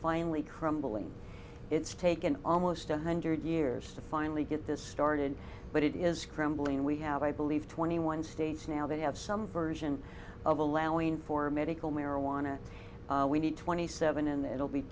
finally crumbling it's taken almost a hundred years to finally get this started but it is crumbling we have i believe twenty one states now they have some version of allowing for medical marijuana we need twenty seven and it will be